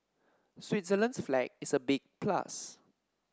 Switzerland's flag is a big plus